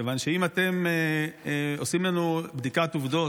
כיוון שאם אתם עושים לנו בדיקת עובדות